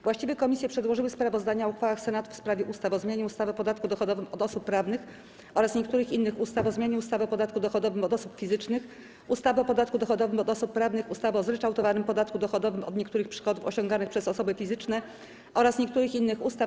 Właściwe komisje przedłożyły sprawozdania o uchwałach Senatu w sprawie ustaw: - o zmianie ustawy o podatku dochodowym od osób prawnych oraz niektórych innych ustaw, - o zmianie ustawy o podatku dochodowym od osób fizycznych, ustawy o podatku dochodowym od osób prawnych, ustawy o zryczałtowanym podatku dochodowym od niektórych przychodów osiąganych przez osoby fizyczne oraz niektórych innych ustaw.